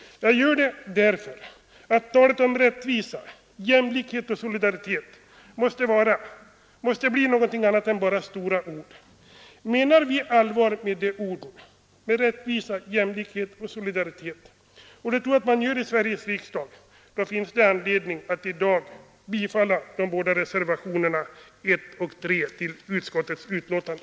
Jag gör det därför att talet om rättvisa, jämlikhet och solidaritet måste bli någonting annat än bara stora ord. Menar vi allvar med de orden, rättvisa, jämlikhet och solidaritet — och det tror jag att vi gör i Sveriges riksdag — finns det anledning att i dag bifalla de båda reservationerna I och III till socialförsäkringsutskottets betänkande.